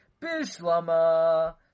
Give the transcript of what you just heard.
Bishlama